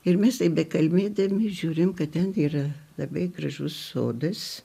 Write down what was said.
ir mes taip bekalbėdami žiūrim kad ten yra labai gražus sodas